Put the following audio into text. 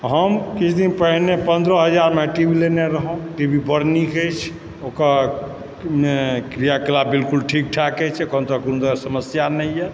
हम किछु दिन पहिने पन्द्रह हजारमे टीवी लेने रहऽ टी वी बड़ निक अछि ओकर क्रियाकलाप बिल्कुल ठीकठाक अछि अखन तक कोनो तरहक समस्या नहि यऽ